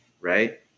right